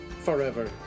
forever